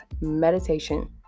Meditation